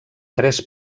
tres